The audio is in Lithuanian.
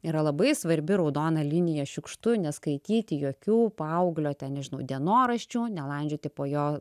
yra labai svarbi raudona linija šiukštu neskaityti jokių paauglio ten nežinau dienoraščių nelandžioti po jo